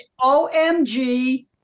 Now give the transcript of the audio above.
OMG